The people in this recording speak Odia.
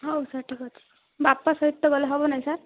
ହଉ ସାର୍ ଠିକ୍ ଅଛି ବାପା ସାହିତ ଗଲେ ହବ ନାଁ ସାର୍